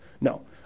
No